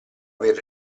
aver